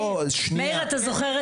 לא, שנייה.